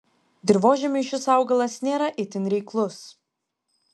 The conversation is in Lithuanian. dirvožemiui šis augalas nėra itin reiklus